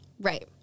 Right